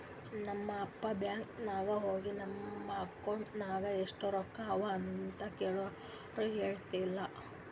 ನಮ್ ಪಪ್ಪಾ ಬ್ಯಾಂಕ್ ನಾಗ್ ಹೋಗಿ ನನ್ ಅಕೌಂಟ್ ನಾಗ್ ಎಷ್ಟ ರೊಕ್ಕಾ ಅವಾ ಅಂತ್ ಕೇಳುರ್ ಹೇಳಿಲ್ಲ